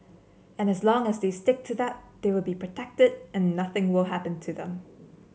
and as long as they stick to that they will be protected and nothing will happen to them